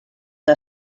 que